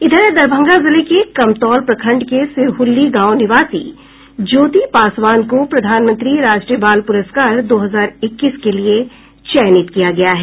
इधर दरभंगा जिले के कमतौल प्रखंड के सिरहुल्ली गांव निवासी ज्योति पासवान को प्रधानमंत्री राष्ट्रीय बाल पुरस्कार दो हजार इक्कीस के लिए चयनित किया गया है